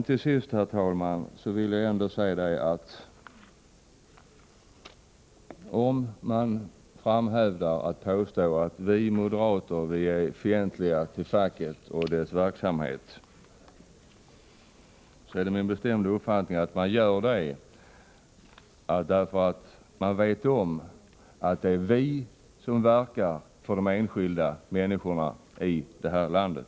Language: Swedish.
Till sist, herr talman, vill jag säga att om man påstår att vi moderater är fientliga till facket och dess verksamhet är min bestämda uppfattning att man gör det därför att man vet att det är vi som verkar för de enskilda människorna i det här landet.